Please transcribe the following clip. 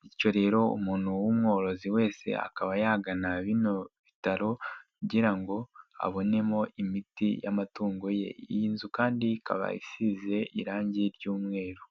bityo rero umuntu w'umworozi wese akaba yagana bino bitaro kugira ngo abonemo imiti y'amatungo, iyi nzu kandi ikaba isize irange ry'umweru.